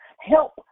help